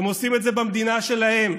הם עושים את זה במדינה שלהם,